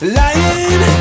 lying